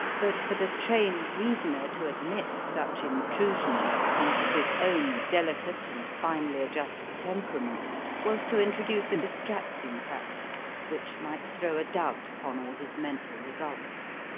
but for the trained reasoner to admit such intrusions into his own delicate and finely adjusted temperament was to introduce a distracting factor which might throw a doubt upon all his mental results.